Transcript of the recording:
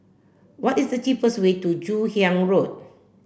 what is the cheapest way to Joon Hiang Road